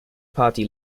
party